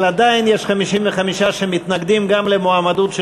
אבל עדיין יש 55 שמתנגדים גם למועמדות של